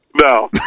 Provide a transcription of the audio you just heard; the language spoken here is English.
No